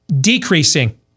decreasing